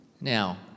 Now